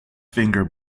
finger